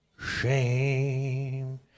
shame